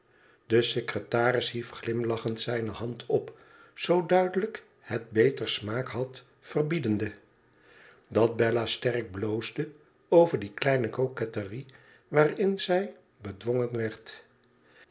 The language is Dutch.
de secretaris hief glimlachend zijne hand op zoo duidelijk het y beter smaak had verbiedende dat bella sterk bloosde over die kleine coquetterie waarin zij bedwongen werd